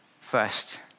First